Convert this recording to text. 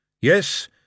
Yes